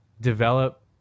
develop